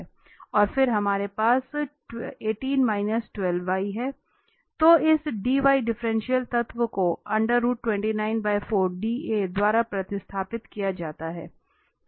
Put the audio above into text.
और फिर हमारे पास 18 12y है तो इस डिफ्रेंटिएल तत्व को द्वारा प्रतिस्थापित किया जाता है